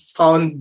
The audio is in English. found